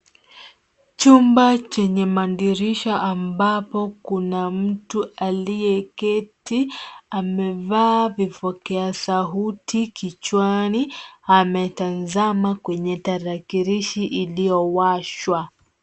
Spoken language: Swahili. Chumbe chenye madirisha ambapo kuna mtu aliyeketi, amevaa vipokea sauti kichwani ametazama kwenye tarakilishi iliyowashwa.